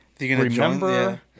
remember